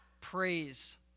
praise